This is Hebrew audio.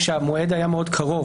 כשהמועד היה מאוד קרוב.